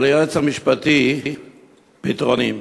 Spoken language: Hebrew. ליועץ המשפטי פתרונים.